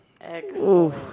Excellent